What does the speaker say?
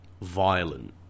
Violent